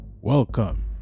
Welcome